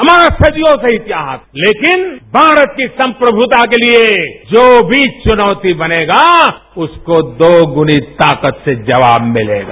हमारा सादियों से इतिहास रहा है लेकिन भारत की संप्रभुता के लिए जो भी चुनौती बनेगा उसको दोगुनी ताकत से जवाब मिलेगा